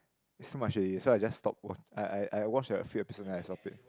so much already so I just stop wat~ I I I watch a few episodes then I stop it